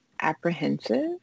apprehensive